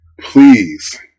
Please